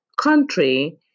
country